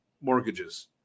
mortgages